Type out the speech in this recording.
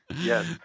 Yes